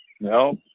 No